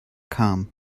come